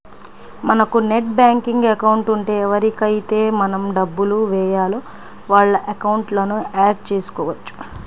మనకు net banking account ఉంటే ఎవరికైతే మనం డబ్బులు వేయాలో వాళ్ళ అకౌంట్లను యాడ్ చేసుకోవచ్చు